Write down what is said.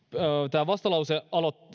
tämä vastalause